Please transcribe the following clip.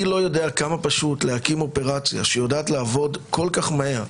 אני לא יודע כמה פשוט להקים אופרציה שיודעת לעבוד כל כך מהר,